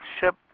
ship